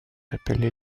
appelés